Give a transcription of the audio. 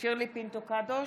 שירלי פינטו קדוש,